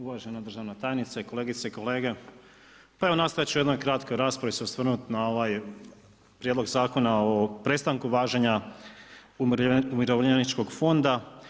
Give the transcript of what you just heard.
Uvažena državna tajniče, kolegice i kolege, pa evo nastojati ću u jednoj kratkoj raspravi se osvrnuti na ovaj prijedlog Zakona o prestanku važenja umirovljeničkog fonda.